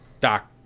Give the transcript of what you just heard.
Doc